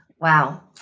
Wow